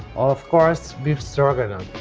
of course, beef stroganoff.